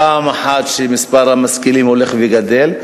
פעם אחת שמספר המשכילים הולך וגדל,